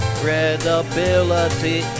credibility